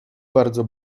bardzo